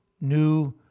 new